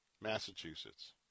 Massachusetts